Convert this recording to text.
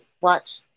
watch